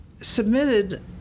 submitted